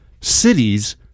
cities